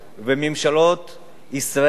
וממשלות ישראל לדורותיהן,